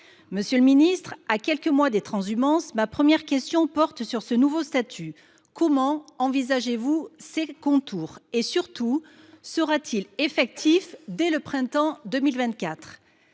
Monsieur le ministre, à quelques mois des transhumances, ma première question porte sur ce nouveau statut. Quels en seront les contours ? Et surtout, sera t il effectif dès le printemps 2024 ?